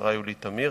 השרה יולי תמיר,